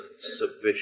sufficient